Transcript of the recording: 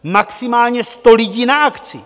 Maximálně 100 lidí na akci.